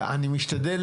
היושב-ראש,